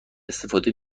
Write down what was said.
استفاده